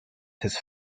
his